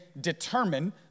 determine